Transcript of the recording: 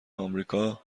آمریکا